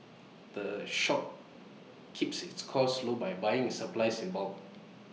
the shop keeps its costs low by buying its supplies in bulk